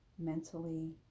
mentally